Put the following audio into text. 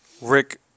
Rick